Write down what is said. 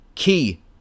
key